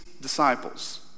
disciples